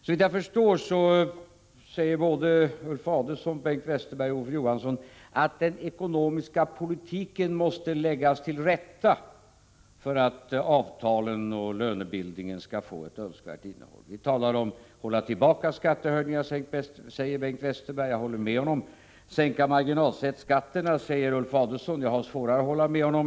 Såvitt jag förstår säger Ulf Adelsohn, Bengt Westerberg och Olof Johansson samtliga att den ekonomiska politiken måste läggas till rätta för att avtalen och lönebildningen skall få ett önskvärt innehåll. Vi talar om att hålla tillbaka skattehöjningar, enligt Bengt Westerberg. Jag håller med honom. Vi skall sänka marginalskatterna, säger Ulf Adelsohn. Jag har svårare att hålla med honom.